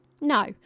no